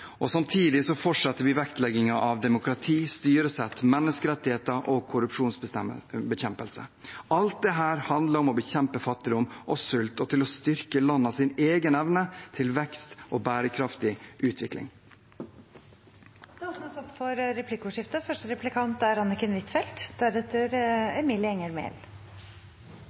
Samtidig fortsetter vi vektleggingen av demokrati, styresett, menneskerettigheter og korrupsjonsbekjempelse. Alt dette handler om å bekjempe fattigdom og sult og å styrke landenes egen evne til vekst og bærekraftig utvikling. Det